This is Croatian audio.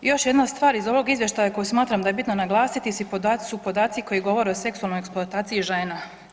Još jedna stvar iz ovog izvještaja koju smatram da je bitno naglasiti su podaci koji govore o seksualnoj eksploataciji žena.